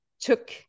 took